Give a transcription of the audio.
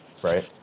Right